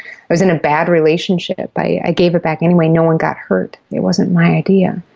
i was in a bad relationship, i gave it back anyway, no one got hurt, it wasn't my idea.